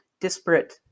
disparate